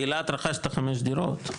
באילת רכשת חמש דירות.